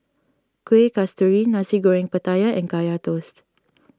Kueh Kasturi Nasi Goreng Pattaya and Kaya Toast